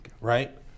right